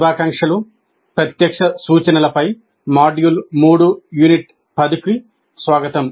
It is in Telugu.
శుభాకాంక్షలు ప్రత్యక్ష సూచనలపై మాడ్యూల్ 3 యూనిట్ 10 కు స్వాగతం